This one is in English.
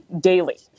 daily